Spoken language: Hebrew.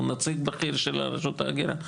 הוא נציג בכיר של רשות ההגירה,